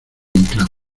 inclán